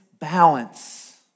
balance